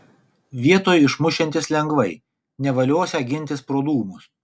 vietoj išmušiantis lengvai nevaliosią gintis pro dūmus